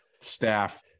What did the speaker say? staff